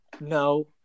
no